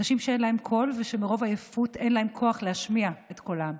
אנשים שאין להם קול ושמרוב עייפות אין להם כוח להשמיע את קולם.